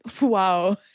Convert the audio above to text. Wow